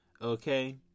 Okay